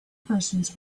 persons